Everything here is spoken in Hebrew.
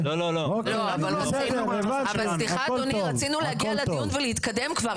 סליחה, אדוני, רצינו להגיע לדיון ולהתקדם כבר.